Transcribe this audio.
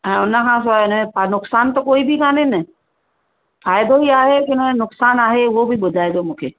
ऐं उनखां पोइ इनयो नुकसानु त कोई बि कोन्हे न फ़ाइदो ई आहे की न नुकसानु आहे उह बि ॿुधाइजो मूंखे